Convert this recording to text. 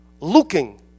looking